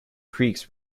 creeks